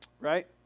Right